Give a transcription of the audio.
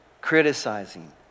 criticizing